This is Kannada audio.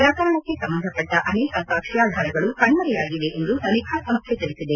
ಪ್ರಕರಣಕ್ಕೆ ಸಂಬಂಧಿಸಿದಂತೆ ಅನೇಕ ಸಾಕ್ಷ್ಮಾಧಾರಗಳು ಕಣ್ನರೆಯಾಗಿವೆ ಎಂದು ತನಿಖಾ ಸಂಸ್ಥೆ ತಿಳಿಸಿದೆ